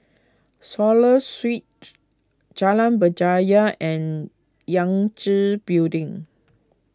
Swallow Street Jalan Berjaya and Yangtze Building